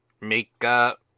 makeup